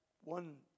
one